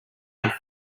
out